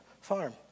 farm